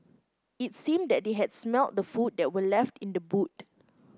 it seemed that they had smelt the food that were left in the boot